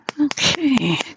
Okay